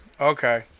okay